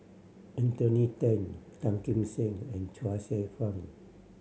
Anthony Then Tan Kim Seng and Chuang Hsueh Fang